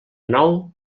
nou